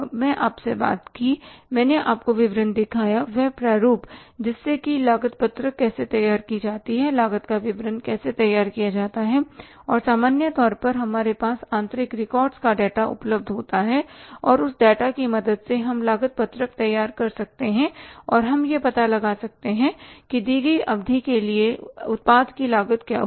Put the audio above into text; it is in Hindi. मैं आपसे बात की मैंने आपको विवरण दिखाया वह प्रारूप जिससे कि लागत पत्रक कैसे तैयार की जाती है लागत का विवरण कैसे तैयार किया जाता है और सामान्य तौर पर हमारे पास आंतरिक रिकॉर्ड्स का डेटा उपलब्ध होता है और उस डेटा की मदद से हम लागत पत्रक तैयार कर सकते हैं और हम यह पता लगा सकते हैं कि दी गई अवधि के लिए उत्पाद की लागत क्या होगी